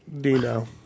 Dino